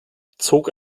zog